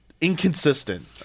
inconsistent